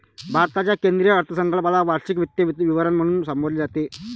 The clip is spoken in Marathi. भारताच्या केंद्रीय अर्थसंकल्पाला वार्षिक वित्तीय विवरण म्हणून संबोधले जाते